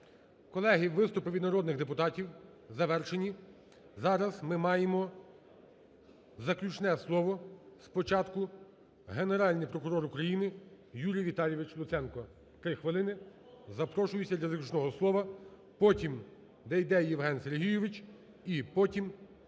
Колеги, виступи від народних депутатів завершені. Зараз ми маємо заключне слово, спочатку Генеральний прокурор України Юрій Віталійович Луценко, 3 хвилини, запрошується для заключного слова, потім – Дейдей Євген Сергійович і потім –